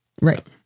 Right